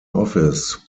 office